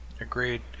Agreed